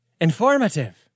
informative